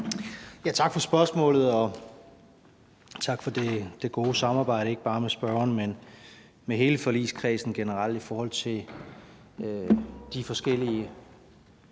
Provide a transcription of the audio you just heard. Tak for spørgsmålet, og tak for det gode samarbejde, ikke bare med spørgeren, men med hele forligskredsen generelt i forhold til de forskellige